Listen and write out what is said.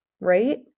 right